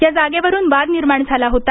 या जागेवरून वाद निर्माण झाला होता